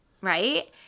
right